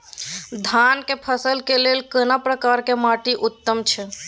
धान की फसल के लिये केना प्रकार के माटी उत्तम छै?